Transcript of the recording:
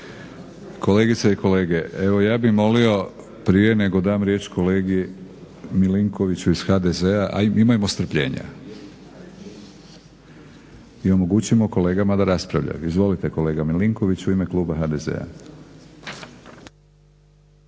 Kolegice i kolege, evo ja bih molio prije nego dam riječ kolegi Milinkoviću iz HDZ-a, imajmo strpljenja i omogućimo kolegama da raspravljaju. Izvolite kolega Milinković u ime kluba HDZ-a.